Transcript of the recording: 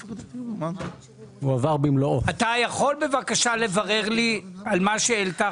אתה יכול בבקשה לברר לי את מה שהעלתה